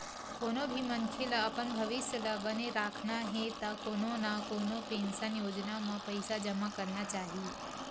कोनो भी मनखे ल अपन भविस्य ल बने राखना हे त कोनो न कोनो पेंसन योजना म पइसा जमा करना चाही